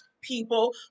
people